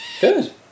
Good